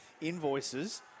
invoices